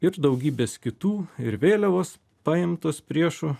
ir daugybės kitų ir vėliavos paimtos priešų